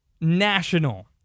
national